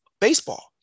baseball